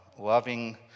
loving